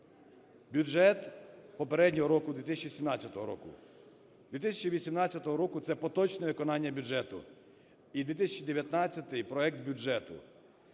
бюджет попереднього року - 2017 року, 2018 року - це поточне виконання бюджету і 2019-й - проект бюджету.